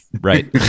Right